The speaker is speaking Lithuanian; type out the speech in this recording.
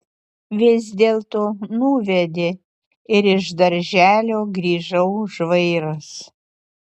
vis dėlto nuvedė ir iš darželio grįžau žvairas